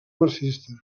marxista